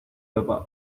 tapar